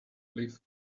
leaf